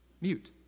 mute